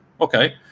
okay